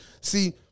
See